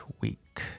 week